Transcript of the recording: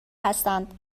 هستند